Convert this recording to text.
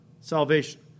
salvation